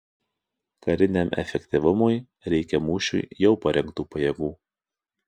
kariniam efektyvumui reikia mūšiui jau parengtų pajėgų